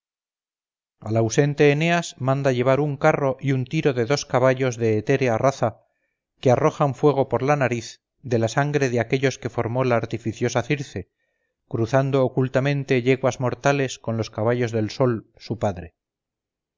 al ausente eneas manda llevar un carro y un tiro de dos caballos de etérea raza que arrojan fuego por la nariz de la sangre de aquellos que formó la artificiosa circe cruzando ocultamente yeguas mortales con los caballos del sol su padre